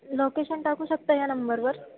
location टाकू शकता ह्या नंबरवर